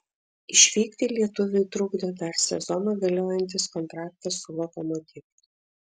išvykti lietuviui trukdo dar sezoną galiojantis kontraktas su lokomotiv